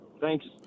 Thanks